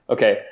Okay